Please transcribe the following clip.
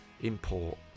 import